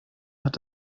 hat